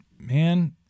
man